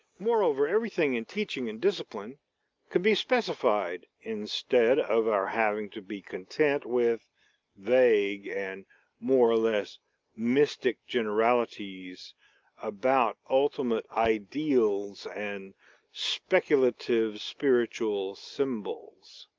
moreover, everything in teaching and discipline could be specified, instead of our having to be content with vague and more or less mystic generalities about ultimate ideals and speculative spiritual symbols.